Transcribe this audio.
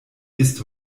ist